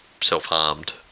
self-harmed